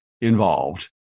involved